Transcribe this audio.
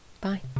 Bye